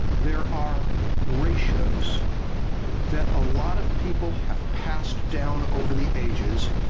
there are ratios that a lot of people have passed down over the ages,